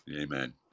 Amen